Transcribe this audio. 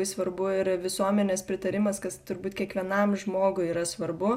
svarbu ir visuomenės pritarimas kas turbūt kiekvienam žmogui yra svarbu